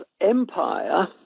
empire